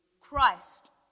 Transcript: Christ